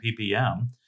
PPM